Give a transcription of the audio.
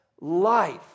Life